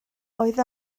oedd